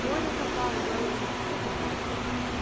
born of a mongrel in tucuman